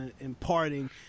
imparting